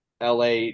LA